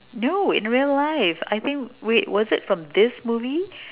no in real life I think wait was it from this movie